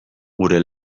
gure